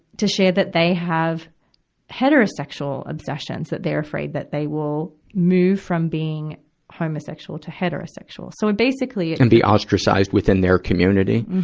to share that they have heterosexual obsessions that they're afraid that they will move from being homosexual to heterosexual. so can be ostracized within their community?